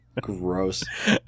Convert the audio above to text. gross